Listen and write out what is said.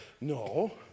No